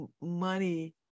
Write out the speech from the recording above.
money